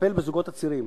לטפל בזוגות הצעירים.